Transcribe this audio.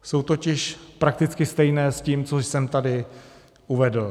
Jsou totiž prakticky stejné s tím, co jsem tady uvedl.